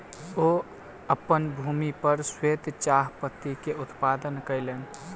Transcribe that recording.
ओ अपन भूमि पर श्वेत चाह पत्ती के उत्पादन कयलैन